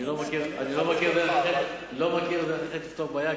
אני לא מכיר דרך אחרת לפתור בעיה.